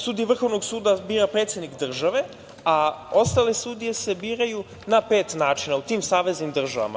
Sudije vrhovnog suda bira predsednik države, a ostale sudije se biraju na pet načina u tim saveznim državama.